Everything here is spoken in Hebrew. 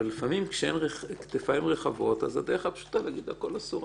ולפעמים כשאין כתפיים רחבות אז הדרך הפשוטה היא להגיד שהכל אסור,